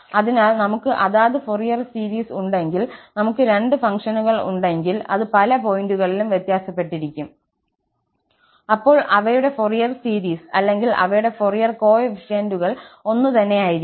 അതിനാൽ നമുക് അതാത് ഫൊറിയർ സീരീസ് ഉണ്ടെങ്കിൽ നമുക്ക് രണ്ട് ഫംഗ്ഷനുകൾ ഉണ്ടെങ്കിൽ അത് പല പോയിന്റുകളിലും വ്യത്യാസപ്പെട്ടിരിക്കും അപ്പോൾ അവയുടെ ഫൊറിയർ സീരീസ് അല്ലെങ്കിൽ അവയുടെ ഫൊറിയർ കോഎഫിഷ്യന്റുകൾ ഒന്നുതന്നെയായിരിക്കും